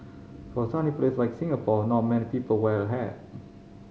for sunny place like Singapore not many people wear a hat